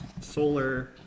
solar